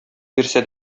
бирсә